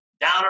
Down